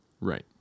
Right